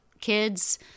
kids